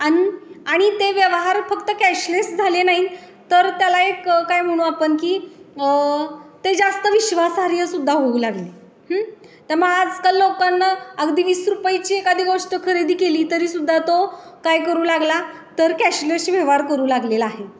आणि आणि ते व्यवहार फक्त कॅशलेस झाले नाही तर त्याला एक काय म्हणू आपण की ते जास्त विश्वासार्ह सुद्धा होऊ लागले त्यामुळं आजकाल लोकांना अगदी वीस रुपयेची एखादी गोष्ट खरेदी केली तरी सुद्धा तो काय करू लागला तर कॅशलेश व्यवहार करू लागलेला आहे